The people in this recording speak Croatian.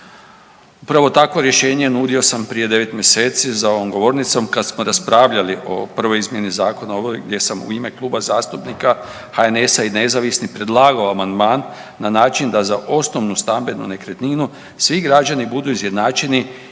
Upravo takvo rješenje nudio sam prije 9 mjeseci za ovom govornicom kad smo raspravljali o prvoj izmjeni Zakona o obnovi gdje sam u ime Kluba zastupnika HNS-a i nezavisnih predlagao amandman na način da za osnovnu stambenu nekretninu svi građani budu izjednačeni,